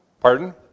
Pardon